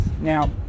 Now